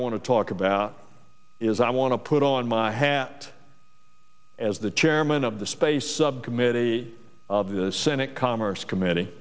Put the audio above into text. want to talk about is i want to put on my hat as the chairman of the space subcommittee of the senate commerce committee